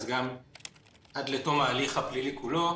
אז גם עד לתום ההליך הפלילי כולו.